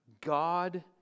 God